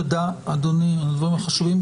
תודה, אדוני, על הדברים החשובים.